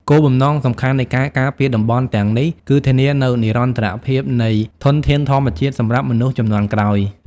គោលបំណងសំខាន់នៃការការពារតំបន់ទាំងនេះ គឺធានានូវនិរន្តរភាពនៃធនធានធម្មជាតិសម្រាប់មនុស្សជំនាន់ក្រោយ។